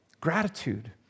Gratitude